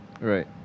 Right